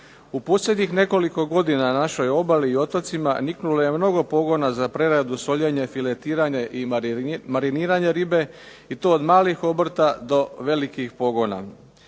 U posljednjih nekoliko godina na našoj obali i otocima niknulo je mnogo pogona za preradu, soljenje, filetiranje i mariniranje ribe i to od malih obrta do velikih pogona.